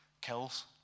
kills